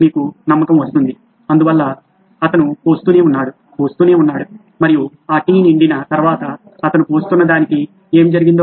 మీకు నమ్మకం వస్తుంది అందువల్ల అతను పోస్తూనే ఉన్నాడు పోస్తూనే ఉన్నాడు మరియు ఆ టీ నిండిన తర్వాత అతను పోస్తున్న దానికి ఏమి జరిగిందో